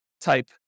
type